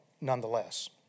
nonetheless